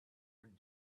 would